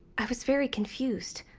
i was very confused.